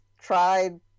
tried